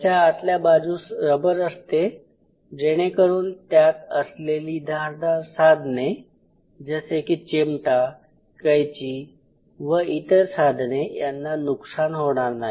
त्याच्या आतल्या बाजूस रबर असते जेणेकरून त्यात असलेली धारदार साधने जसे की चिमटा कैची व इतर साधने यांना नुकसान होणार नाही